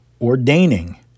ordaining